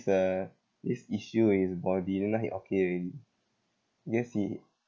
uh this issue with his body then now he okay already guess he